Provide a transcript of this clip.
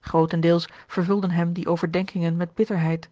grootendeels vervulden hem die overdenkingen met bitterheid